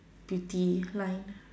beauty client